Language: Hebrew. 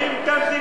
כל הזכויות.